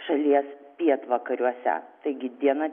šalies pietvakariuose taigi diena